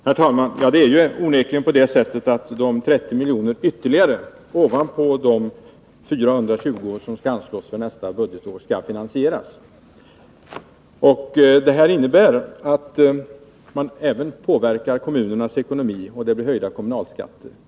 Herr talman! Det är onekligen på det sättet att de 30 miljonerna ytterligare, ovanpå de 420 som skall anslås för nästa budgetår, skall finansieras. Det innebär att man även påverkar kommunernas ekonomi, och det blir höjda kommunalskatter.